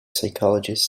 psychologist